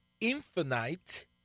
infinite